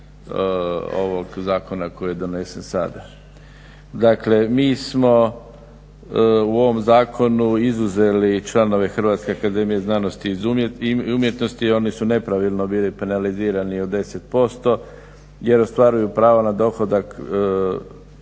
ovog zakona koji je donesen sad. Dakle, mi smo u ovom zakonu izuzeli članove Hrvatske akademije znanosti i umjetnosti, oni su nepravilno bili penalizirani od 10% jer ostvaruju prava na dohodak